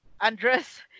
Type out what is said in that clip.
Andres